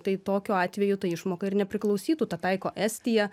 tai tokiu atveju ta išmoka ir nepriklausytų tą taiko estija